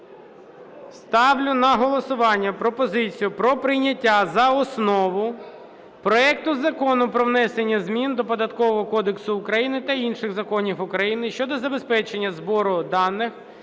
Ставлю на голосування пропозицію про прийняття за основу проекту Закону про внесення змін до Податкового кодексу України та інших законів України щодо забезпечення збору даних